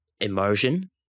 immersion